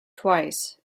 twice